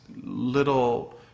little